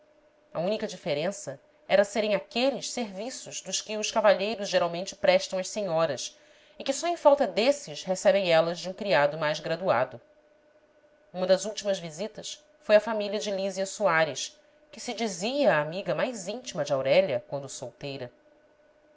a única diferença era serem aqueles serviços dos que os cavalheiros geralmente prestam às senhoras e que só em falta desses recebem elas de um criado mais graduado uma das últimas visitas foi à família de lísia soares que se dizia a amiga mais íntima de aurélia quando solteira